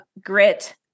grit